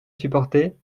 supporter